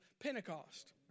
Pentecost